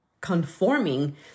conforming